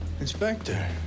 Inspector